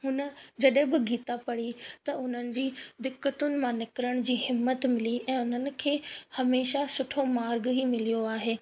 हुन जॾहिं बि गीता पढ़ी त उन्हनि जी दिक़तुनि मां निकिरण जी हिमत मिली ऐं उन्हनि खे हमेशा सुठो मार्ग ई मिलियो आहे